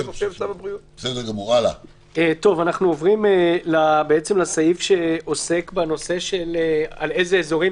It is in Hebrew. אנחנו עוברים לסעיף שעוסק בנושא של על אילו אזורים